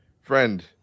Friend